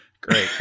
Great